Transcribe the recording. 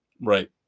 right